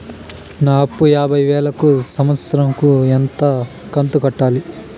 నా అప్పు యాభై వేలు కు సంవత్సరం కు ఎంత కంతు కట్టాలి?